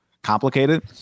complicated